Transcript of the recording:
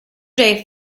day